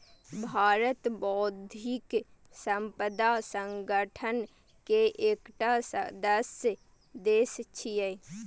भारत बौद्धिक संपदा संगठन के एकटा सदस्य देश छियै